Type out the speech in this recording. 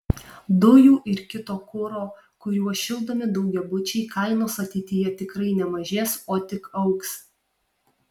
dujų ir kito kuro kuriuo šildomi daugiabučiai kainos ateityje tikrai nemažės o tik augs